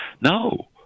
No